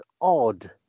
odd